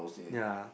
ya